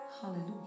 Hallelujah